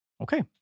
Okay